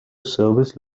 service